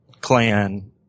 clan